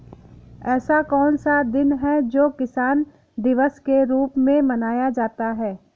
ऐसा कौन सा दिन है जो किसान दिवस के रूप में मनाया जाता है?